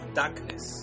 darkness